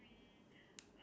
black white